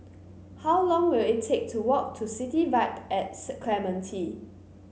how long will it take to walk to City Vibe and Clementi